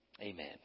Amen